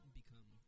become